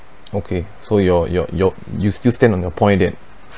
okay so your your your you still stand on your point that